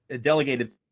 delegated